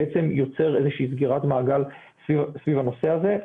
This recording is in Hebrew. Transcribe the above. זה יוצר איזושהי סגירת מעגל סביב הנושא הזה.